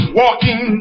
walking